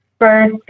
first